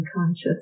unconscious